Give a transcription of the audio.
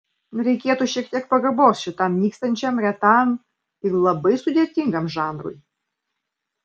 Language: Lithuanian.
reikėtų šiek tiek pagarbos šitam nykstančiam retam ir labai sudėtingam žanrui